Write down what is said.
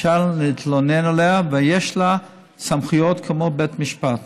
אפשר להתלונן עליה, ויש לה סמכויות כמו בית משפט,